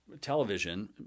television